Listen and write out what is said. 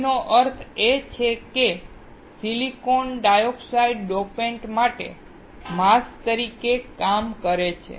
તેનો અર્થ એ કે સિલિકોન ડાયોક્સાઇડ ડોપન્ટ માટે માસ્ક તરીકે કામ કરે છે